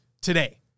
today